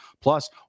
Plus